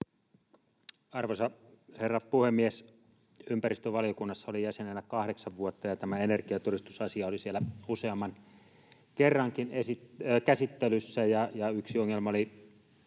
Arvoisa herra puhemies! Olin jäsenenä ympäristövaliokunnassa kahdeksan vuotta, ja tämä energiatodistusasia oli siellä useammankin kerran käsittelyssä. Yksi ongelma oli